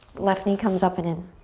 left knee comes up and in.